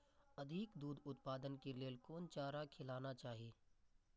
अधिक दूध उत्पादन के लेल कोन चारा खिलाना चाही?